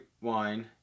wine